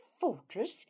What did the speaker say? fortress